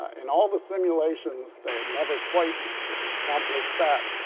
in all the simulations, they had never quite accomplished that.